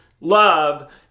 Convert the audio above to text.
love